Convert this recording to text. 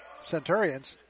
Centurions